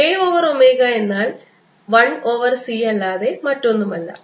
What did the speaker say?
k over omega എന്നാൽ 1 over c അല്ലാതെ മറ്റൊന്നുമല്ല